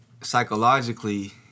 psychologically